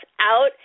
out